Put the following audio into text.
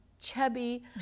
chubby